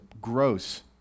gross